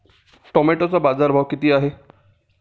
टोमॅटोचा बाजारभाव किती आहे?